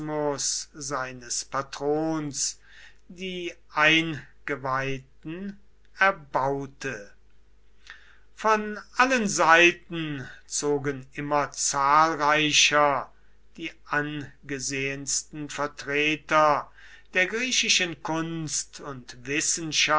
seines patrons die eingeweihten erbaute von allen seiten zogen immer zahlreicher die angesehensten vertreter der griechischen kunst und